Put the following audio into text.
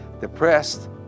depressed